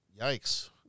yikes